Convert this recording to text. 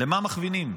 למה מכווינים?